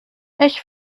ich